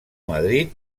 madrid